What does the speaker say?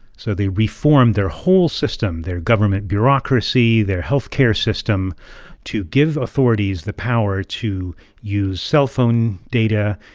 so they reformed their whole system their government bureaucracy, their health care system to give authorities the power to use cell phone data,